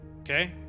okay